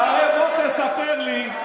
הרי בוא תספר לי,